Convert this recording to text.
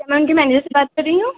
क्या मैं उनके मैनेजर से बात कर रही हूँ